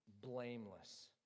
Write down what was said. blameless